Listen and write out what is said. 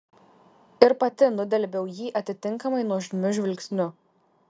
ir pati nudelbiau jį atitinkamai nuožmiu žvilgsniu